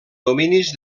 dominis